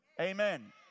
Amen